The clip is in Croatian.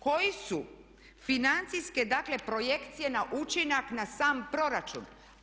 Koje su financijske dakle projekcije na učinak na sam proračun?